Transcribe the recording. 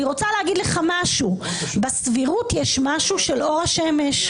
אני רוצה להגיד לך שבסבירות יש משהו של אור השמש.